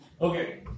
Okay